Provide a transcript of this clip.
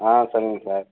ஆ சரிங்க சார்